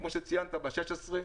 כמו שציינת ב-16,